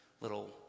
little